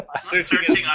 searching